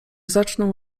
zaczną